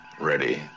ready